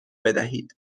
بدهید